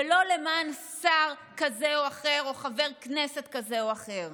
ולא למען שר כזה או אחר או חבר כנסת כזה או אחר.